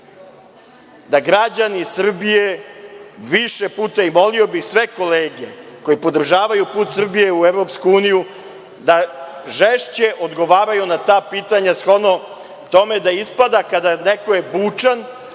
da građani Srbije više puta i molio bih sve kolege koje podržavaju put Srbije u EU da žešće odgovaraju na ta pitanja, shodno tome da ispada da kada je neko bučan